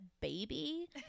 baby